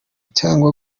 cyangwa